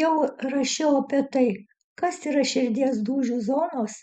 jau rašiau apie tai kas yra širdies dūžių zonos